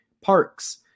parks